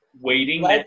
waiting